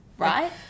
right